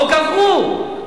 או גברו?